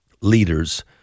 leaders